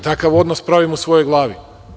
Takav odnos pravim u svojoj glavi.